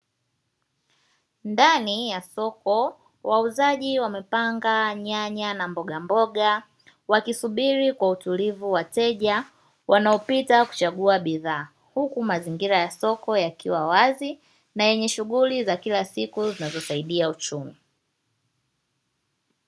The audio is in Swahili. Ndani ya soko wauzaji wamepanga nyanya na mbogamboga wakisubiri kwa utulivu wateja wanaopita kuchagua bidhaa, huku mazingira ya soko yakiwa wazi na yenye shughuli za kila siku zinazosaidia uchumi.